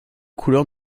couleurs